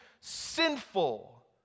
sinful